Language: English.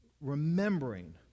remembering